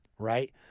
Right